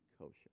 kosher